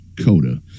Coda